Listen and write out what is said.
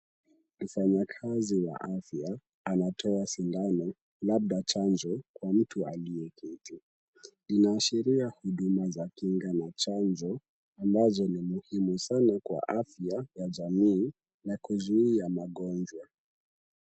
Mfanyakazi wa afya anatoa sindano labda chanjo, kwa mtu aliyeketi. Inaashiria hudumu za kinga na chanjo ambazo ni muhimu sana kwa afya ya jamii na kuzuia magonjwa.